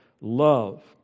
love